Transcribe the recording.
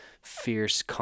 fierce